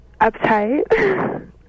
Uptight